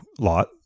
lot